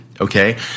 Okay